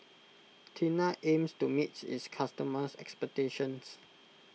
Tena aims to meet its customers' expectations